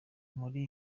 muri